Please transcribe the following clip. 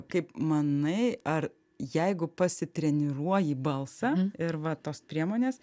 kaip manai ar jeigu pasitreniruoji balsą ir va tos priemonės